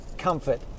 comfort